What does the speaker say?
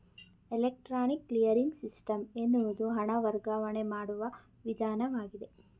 electronic clearing system ಎನ್ನುವುದು ಹಣ ವರ್ಗಾವಣೆ ಮಾಡುವ ವಿಧಾನವಾಗಿದೆ